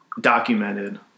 documented